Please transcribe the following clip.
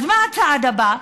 אז מה הצעד הבא?